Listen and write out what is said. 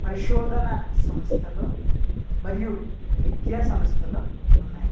పరిశోధన సంస్థలు మరియు విద్యా సంస్థలు ఉన్నాయి